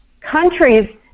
countries